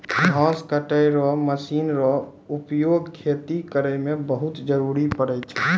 घास कटै रो मशीन रो उपयोग खेती करै मे बहुत जरुरी पड़ै छै